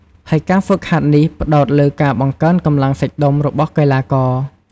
ហើយការហ្វឹកហាត់នេះផ្តោតលើការបង្កើនកម្លាំងសាច់ដុំរបស់កីឡាករ។